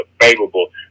favorable